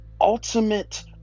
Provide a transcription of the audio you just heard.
ultimate